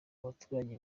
abaturage